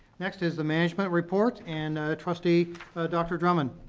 next is the management report and trustee dr. drummond.